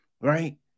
right